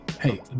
Hey